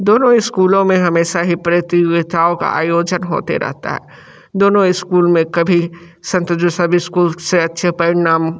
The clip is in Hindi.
दोनों स्कूलों में हमेशा ही प्रतियोगिताओं का आयोजन होता रहता है दोनों स्कूल में कभी संत जोसफ स्कूल से अच्छे परिणाम